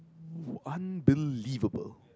!woo! unbelievable